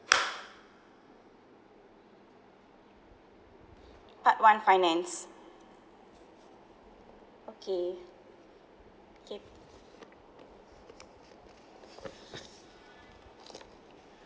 part one finance okay